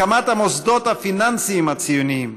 הקמת המוסדות הפיננסיים הציוניים,